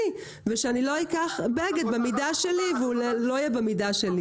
ושאני לא אקח בגד במידה שלי והוא לא יהיה במידה שלי.